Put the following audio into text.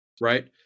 right